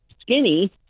skinny